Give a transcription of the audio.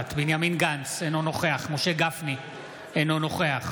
נוכחת בנימין גנץ, אינו נוכח משה גפני, אינו נוכח